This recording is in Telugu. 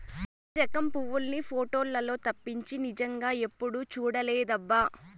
ఈ రకం పువ్వుల్ని పోటోలల్లో తప్పించి నిజంగా ఎప్పుడూ చూడలేదబ్బా